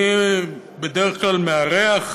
אני בדרך כלל מארח